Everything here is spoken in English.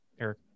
Eric